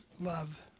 love